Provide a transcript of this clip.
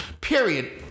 period